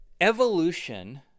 evolution